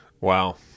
Wow